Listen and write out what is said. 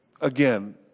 again